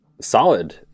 solid